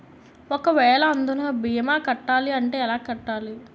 ఒక వేల అందునా భీమా కట్టాలి అంటే ఎలా కట్టాలి?